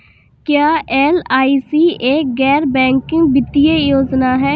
क्या एल.आई.सी एक गैर बैंकिंग वित्तीय योजना है?